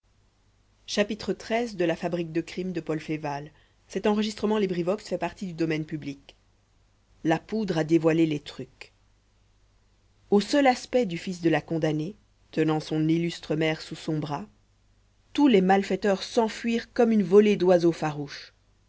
la poudre à dévoiler les trucs au seul aspect du fils de la condamnée tenant son illustre mère sous son bras tous les malfaiteurs s'enfuirent comme une volée d'oiseaux farouches